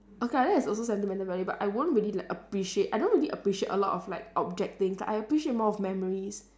okay lah that is also sentimental value but I won't really like appreciate I don't really appreciate a lot of like object things like I appreciate more of memories